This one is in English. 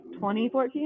2014